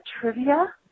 trivia